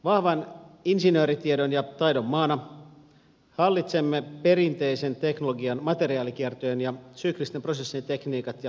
vahvan insinööritiedon ja taidon maana hallitsemme perinteisen teknologian materiaalikiertojen ja syklisten prosessien tekniikat ja parhaat käytännöt